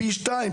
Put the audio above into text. פי 2,